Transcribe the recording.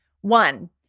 One